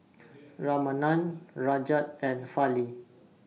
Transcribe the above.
Ramanand Rajat and Fali